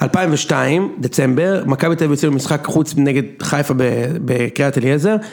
2002, דצמבר, מכבי תל אביב יוצאים למשחק חוץ נגד חיפה בקריית אליעזר.